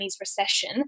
recession